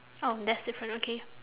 oh that's different okay